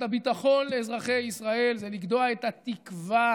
הביטחון לאזרחי ישראל זה לגדוע את התקווה